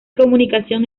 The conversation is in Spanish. comunicación